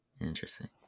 interesting